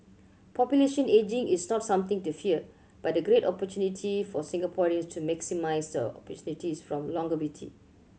population ageing is not something to fear but a great opportunity for Singaporeans to maximise the opportunities from longevity